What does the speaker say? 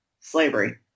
slavery